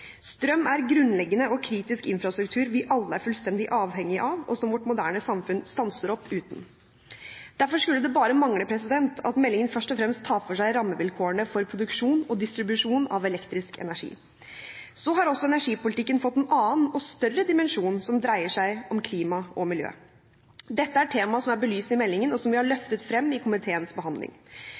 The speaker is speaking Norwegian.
Strøm er grunnleggende og kritisk infrastruktur vi alle er fullstendig avhengige av, og som vårt moderne samfunn stanser opp uten. Derfor skulle det bare mangle at meldingen først og fremst tar for seg rammevilkårene for produksjon og distribusjon av elektrisk energi. Så har også energipolitikken fått en annen og større dimensjon som dreier seg om klima og miljø. Dette er tema som er belyst i meldingen, og som vi har løftet frem i komiteens behandling.